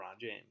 James